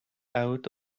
out